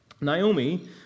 Naomi